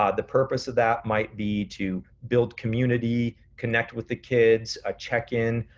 ah the purpose of that might be to build community, connect with the kids, ah check in,